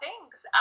Thanks